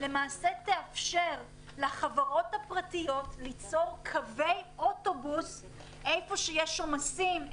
למעשה תאפשר לחברות הפרטיות ליצור קווי אוטובוס היכן שיש עומסים,